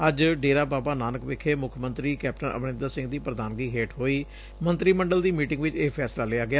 ਅੱਜ ਡੇਰਾ ਬਾਬਾ ਨਾਨਕ ਵਿਖੇ ਮੁੱਖ ਮੰਤਰੀ ਕੈਪਟਨ ਅਮਰੰਦਰ ਸਿੰਘ ਦੀ ਪ੍ਰਧਾਨਗੀ ਹੇਠ ਹੋਈ ਮੰਤਰੀ ਮੰਡਲ ਦੀ ਮੀਟਿੰਗ ਚ ਇਹ ਫੈਸਲਾ ਲਿਆ ਗਿਆ